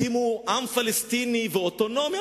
הקימו עם פלסטיני ואוטונומיה,